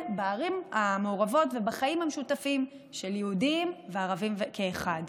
בערים המעורבות ובחיים המשותפים של יהודים וערבים כאחד.